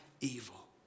evil